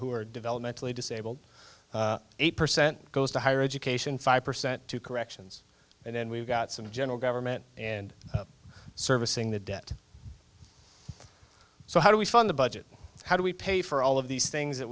who are developmentally disabled eight percent goes to higher education five percent to corrections and then we've got some general government and servicing the debt so how do we fund the budget how do we pay for all of these things that